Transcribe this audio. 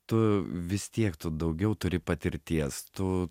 tu vis tiek tu daugiau turi patirties tu